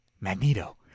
Magneto